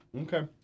okay